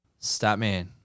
Statman